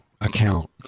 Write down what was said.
account